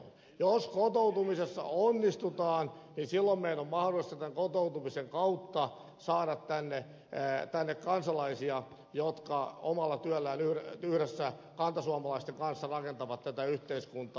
jos kotoutumisessa onnistutaan niin silloin meidän on mahdollista tämän kotoutumisen kautta saada tänne kansalaisia jotka omalla työllään yhdessä kantasuomalaisten kanssa rakentavat tätä yhteiskuntaa